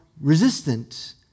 resistant